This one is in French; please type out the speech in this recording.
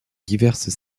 diverses